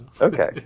Okay